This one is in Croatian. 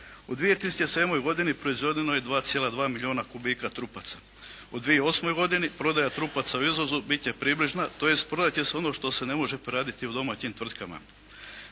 U 2007. godini proizvedeno je 2,2 milijuna kubika trupaca. U 2008. godini prodaja trupaca u izvozu bit će približna tj. prodat će se ono što se ne može preraditi u domaćim tvrtkama.